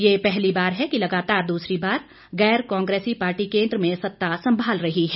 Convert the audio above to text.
ये पहली बार है कि लगातार दूसरी बार गैर कांग्रेसी पार्टी केन्द्र में सत्ता संभाल रही है